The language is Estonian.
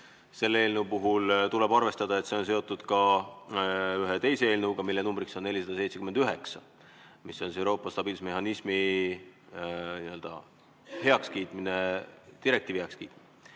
Selle eelnõu puhul tuleb arvestada, et see on seotud ka ühe teise eelnõuga, mille nr on 479 ja mis on Euroopa stabiilsusmehhanismi heakskiitmine, direktiivi heakskiitmine.